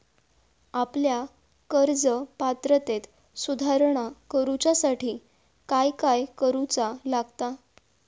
आपल्या कर्ज पात्रतेत सुधारणा करुच्यासाठी काय काय करूचा लागता?